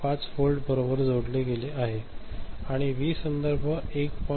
5 volt बरोबर जोडले गेले आहे आणि व्ही संदर्भ 1